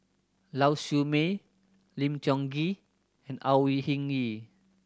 Lau Siew Mei Lim Tiong Ghee and Au Hing Yee